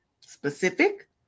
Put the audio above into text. Specific